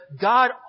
God